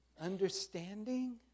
understanding